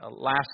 last